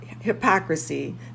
hypocrisy